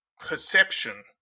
perception